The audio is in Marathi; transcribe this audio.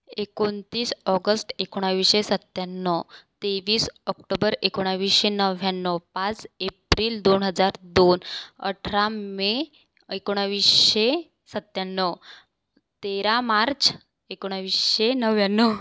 एकोणतीस ऑगस्ट एकोणाविसशे सत्त्याण्णव तेवीस ऑक्टोबर एकोणाविसशे नव्व्याण्णव पाच एप्रिल दोन हजार दोन अठरा मे एकोणाविसशे सत्त्याण्णव तेरा मार्च एकोणाविसशे नव्व्याण्णव